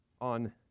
on